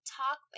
talk